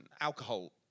alcohol